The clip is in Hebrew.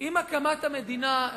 עם הקמת המדינה,